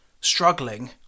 struggling